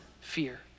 fear